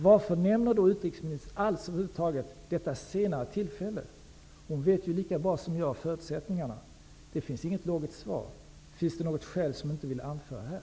Varför nämner utrikesministern över huvud taget detta senare tillfälle? Hon vet lika bra som jag förutsättningarna. Det finns inget logiskt svar. Finns det något skäl som hon inte vill anföra här?